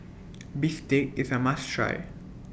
Bistake IS A must Try